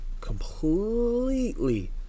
completely